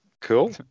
Cool